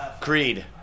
Creed